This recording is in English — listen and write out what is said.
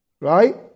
right